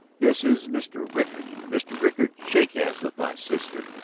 this is mr. rickard. mr. rickard, shake hands with my sister,